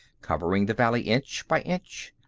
covering the valley inch by inch.